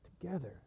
Together